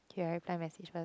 okay I reply message first